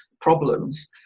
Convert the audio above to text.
problems